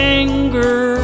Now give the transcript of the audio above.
anger